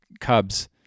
Cubs